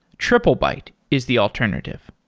triplebyte is the alternative.